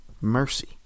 mercy